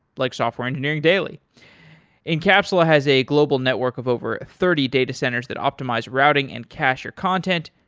like software engineering daily incapsula has a global network of over a thirty data centers that optimize routing and cashier content.